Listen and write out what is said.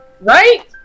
Right